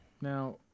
now